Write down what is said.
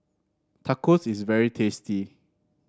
Tacos is very tasty